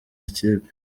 ikipe